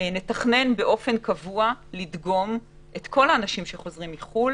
מתכננים לדגום באופן קבוע את כל האנשים שחוזרים מחו"ל